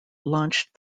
launched